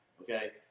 Okay